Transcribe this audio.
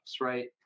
right